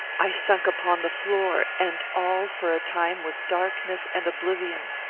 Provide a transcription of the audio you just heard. i sunk upon the floor, and all, for a time, was darkness and oblivion!